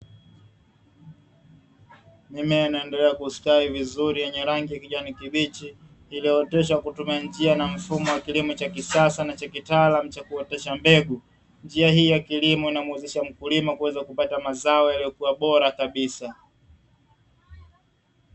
Mimea unayoendelea kustawi vizuri yenye rangi ya kijani kibichi, iliyooteshwa kwa kutumia njia na mfumo wa kilimo cha kisasa na cha kitaalamu cha kuotesha mbegu, njia hii ya kilimo humuwezesha mkulima kupata mazao yaliyo bora kabisa.